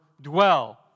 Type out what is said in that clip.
dwell